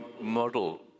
model